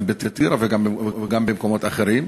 גם בטירה וגם במקומות אחרים.